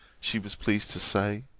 she was pleased to say,